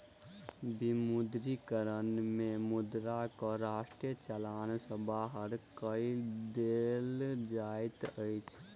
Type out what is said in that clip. विमुद्रीकरण में मुद्रा के राष्ट्रीय चलन सॅ बाहर कय देल जाइत अछि